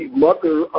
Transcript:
mother